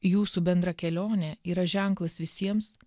jūsų bendra kelionė yra ženklas visiems